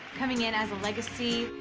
coming in as a legacy,